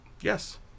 Yes